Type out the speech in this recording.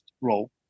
role